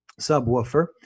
subwoofer